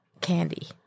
candy